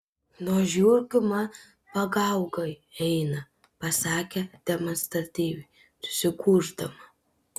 nuo žiurkių man pagaugai eina pasakė demonstratyviai susigūždama